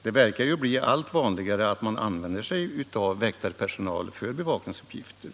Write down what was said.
Det verkar bli allt vanligare = Förstatligande av att väktarpersonal anlitas för bevakningsuppgifter.